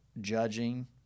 judging